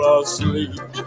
asleep